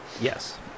Yes